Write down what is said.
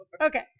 Okay